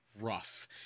rough